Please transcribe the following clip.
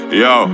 yo